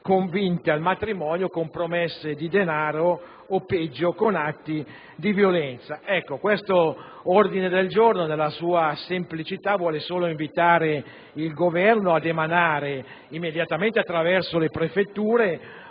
convinte al matrimonio con promesse di denaro, o peggio, di violenza. L'ordine del giorno G1.103, nella sua semplicità vuole solo invitare il Governo ad emanare immediatamente, attraverso le prefetture,